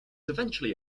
eventually